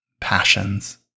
passions